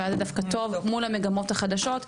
ואז זה דווקא טוב מול המגמות החדשות.